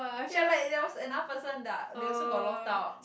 ya like there was another person that I they also got locked out